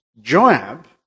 Joab